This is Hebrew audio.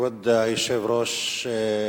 כבוד היושב-ראש, שוב,